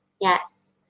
Yes